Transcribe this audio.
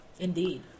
Indeed